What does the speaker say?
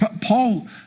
Paul